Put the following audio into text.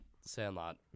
Sandlot